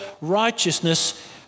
righteousness